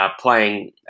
playing